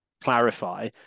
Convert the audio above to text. clarify